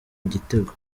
igitego